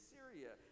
Syria